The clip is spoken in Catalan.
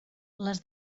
les